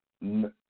no